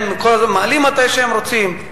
הם מעלים מתי שהם רוצים,